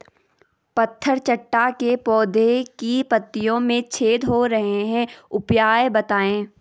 पत्थर चट्टा के पौधें की पत्तियों में छेद हो रहे हैं उपाय बताएं?